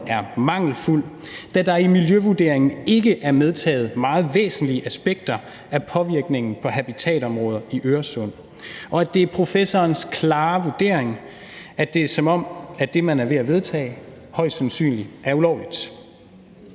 er mangelfuld, da der i miljøvurderingen ikke er medtaget meget væsentlige aspekter af påvirkningen for habitatområder i Øresund, og at det er professorens klare vurdering, at det er, som om at det, man er ved at vedtage, højst sandsynligt er ulovligt.